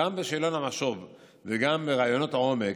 גם בשאלון המשוב וגם בראיונות העומק.